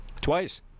Twice